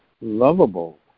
lovable